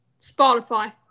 Spotify